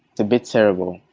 a bit terrible.